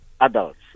adults